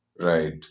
Right